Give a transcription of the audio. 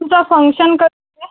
तुमचं फंक्शन कधी आहे